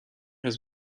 has